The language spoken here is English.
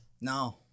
no